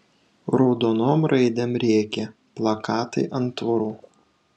raudonom raidėm rėkė plakatai ant tvorų